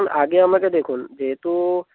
আগে আমাকে দেখুন যেহেতু